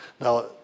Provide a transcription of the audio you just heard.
Now